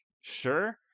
sure